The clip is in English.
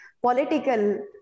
political